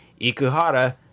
Ikuhara